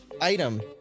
item